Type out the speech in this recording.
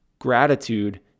Gratitude